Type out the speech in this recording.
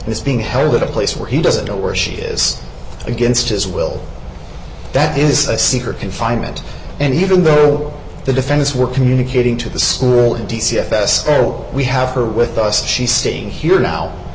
is being held at a place where he doesn't know where she is against his will that is a secret confinement and even though the defense we're communicating to the school in d c fs we have her with us she's staying here now